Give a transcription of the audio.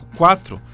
quatro